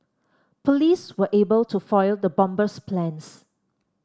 police were able to foil the bomber's plans